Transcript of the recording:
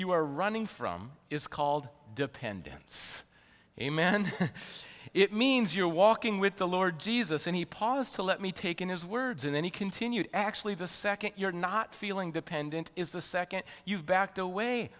you were running from is called dependence a man it means you're walking with the lord jesus and he paused to let me take in his words and then he continued actually the second you're not feeling dependent is the second you've backed away